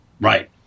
Right